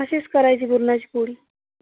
अशीच करायची पुरणाची पोळी